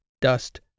dust